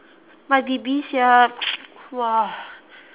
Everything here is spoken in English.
my baby sia !wah!